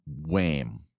wham